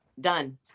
done